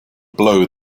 blow